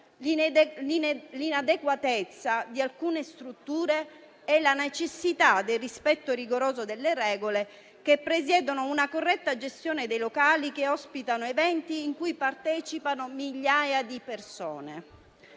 l'inadeguatezza di alcune strutture e la necessità del rispetto rigoroso delle regole che presiedono una corretta gestione dei locali che ospitano eventi in cui partecipano migliaia di persone.